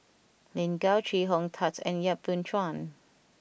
Lin Gao Chee Hong Tat and Yap Boon Chuan